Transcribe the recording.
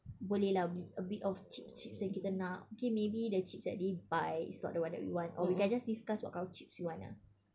boleh lah beli a bit of chips chips yang kita nak okay maybe the chips that they buy is not the one that we want or we can just discuss what kind of chips that we want ah